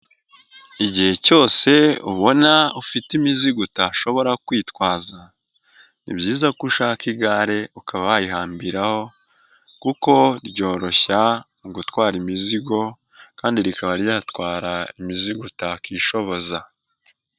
Igihe cyose ubona ufite imizigo utashobora kwitwaza, ni byiza ko ushaka igare ukaba wayihambiraho kuko ryoroshya gutwara imizigo kandi rikaba ryatwara imizigo utakishoboza.